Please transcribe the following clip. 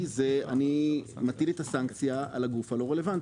שאני מטיל את הסנקציה על הגוף הלא רלוונטי.